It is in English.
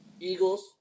Eagles